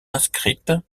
inscrite